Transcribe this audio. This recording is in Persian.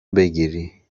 بگیری